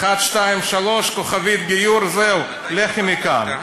אחת, שתיים, שלוש, כוכבית גיור, זהו, לכי מכאן.